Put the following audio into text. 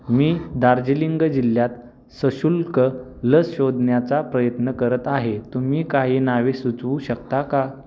मी दार्जिलिंग जिल्ह्यात सशुल्क लस शोधण्याचा प्रयत्न करत आहे तुम्ही काही नावे सुचवू शकता का